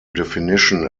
definition